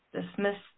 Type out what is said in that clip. dismissed